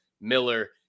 Miller